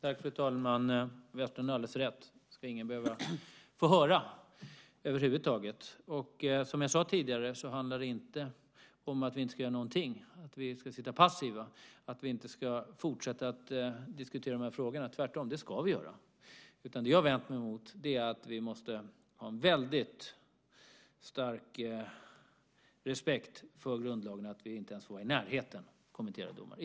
Fru talman! Börje Vestlund har alldeles rätt; det ska ingen över huvud taget behöva få höra. Som jag sade tidigare handlar det inte om att vi inte ska göra någonting. Vi ska inte sitta passiva och inte fortsätta diskutera de här frågorna. Tvärtom - det ska vi göra. Det jag har vänt mig emot gäller detta att vi måste ha en väldigt stark respekt för grundlagen. Vi får inte ens vara i närheten av att kommentera domar.